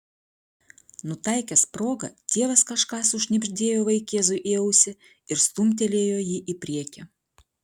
nutaikęs progą tėvas kažką sušnibždėjo vaikėzui į ausį ir stumtelėjo jį į priekį